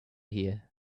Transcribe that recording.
here